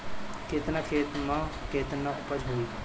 केतना खेत में में केतना उपज होई?